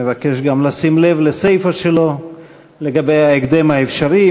הוא מבקש גם לשים לב לסיפה שלו לגבי ההקדם האפשרי,